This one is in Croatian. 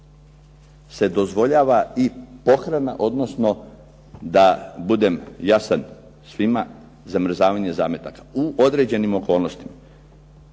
se dozvoljava i pohrana, odnosno da budem jasan svima, zamrzavanje zametaka, u određenim okolnostima.